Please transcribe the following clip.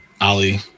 Ali